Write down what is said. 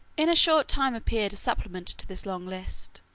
in a short time appeared a supplement to this long list.